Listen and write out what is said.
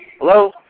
Hello